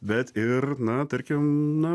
bet ir na tarkim na